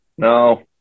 No